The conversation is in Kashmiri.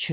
چھُ